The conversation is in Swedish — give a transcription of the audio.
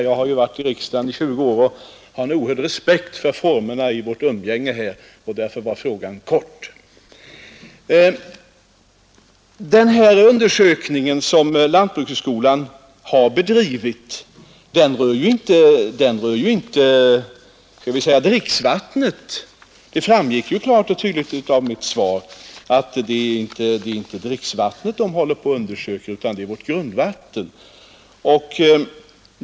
Jag har varit i riksdagen i 20 år och har en oerhörd respekt för formerna i vårt umgänge här. Därför var svaret på frågan kort. Den undersökning som lantbrukshögskolan utför rör inte dricksvattnet. Det framgick klart och tydligt av mitt svar att det inte är dricksvattnet som undersöks, utan att det är vårt grundvatten.